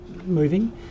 moving